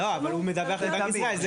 לא, אבל הוא מדווח לבנק ישראל.